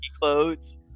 clothes